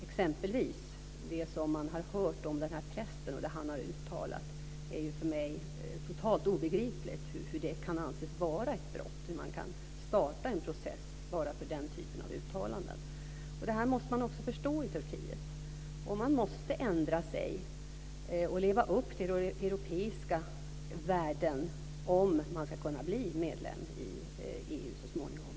Exempelvis är det för mig totalt obegripligt hur det som den här prästen har uttalat kan anses vara ett brott och hur man kan starta en process på grund av den typen av uttalande. Det här måste man förstå i Turkiet. Man måste ändra sig och leva upp till europeiska värden om man ska kunna bli medlem i EU så småningom.